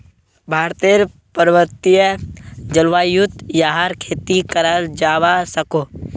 भारतेर पर्वतिये जल्वायुत याहर खेती कराल जावा सकोह